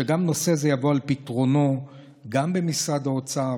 שגם נושא זה יבוא על פתרונו גם במשרד האוצר,